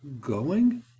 Going